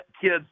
kids